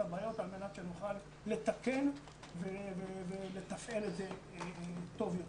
את הבעיות על מנת שנוכל לתקן ולתפעל את זה טוב יותר.